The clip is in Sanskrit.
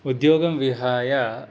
उद्योगं विहायः